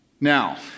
Now